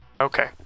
Okay